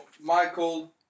Michael